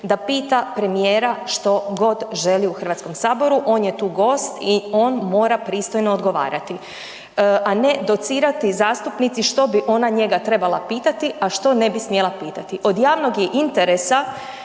da pita premijera što god želi u Hrvatskom saboru, on je tu gost i on mora pristojno odgovarati, a ne docirati zastupnici što bi ona njega trebala pitati, a što ne bi smjela pitati. Od javnog je interesa